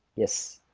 yes.